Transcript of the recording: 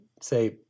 Say